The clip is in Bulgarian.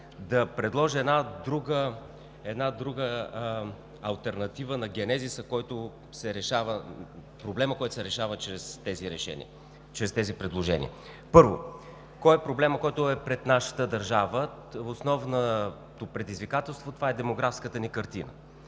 да предложа алтернатива на генезиса, на проблема, който се решава чрез тези предложения. Първо, кой е проблемът, който е пред нашата държава? Основното предизвикателство е демографската ни картина